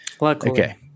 Luckily